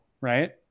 right